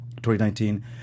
2019